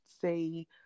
say